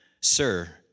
Sir